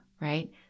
right